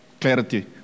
clarity